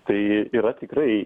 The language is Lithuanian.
tai yra tikrai